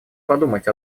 подумать